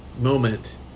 moment